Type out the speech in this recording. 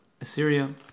Assyria